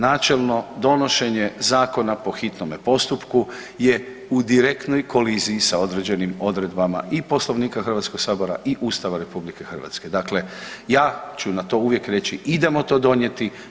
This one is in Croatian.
Načelno, donošenje zakona po hitnome postupku je u direktnoj koliziji sa određenim odredbama i Poslovnika HS-a i Ustava RH, dakle ja ću na to uvijek reći, idemo to donijeti.